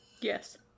Yes